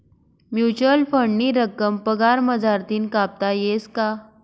Mutual फंडनी रक्कम पगार मझारतीन कापता येस का?